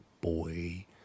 Boy